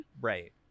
Right